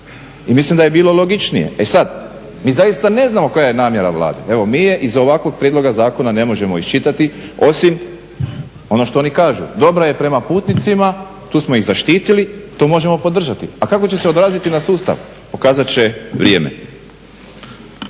I mislim da je bilo logičnije. E sad, mi zaista ne znamo koja je namjera Vlade. Evo mi je iz ovakvog prijedloga zakona ne možemo iščitati osim ono što oni kažu dobra je prema putnicima, tu smo ih zaštitili, to možemo podržati. A kako će se odraziti na sustav pokazat će vrijeme.